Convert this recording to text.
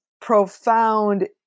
profound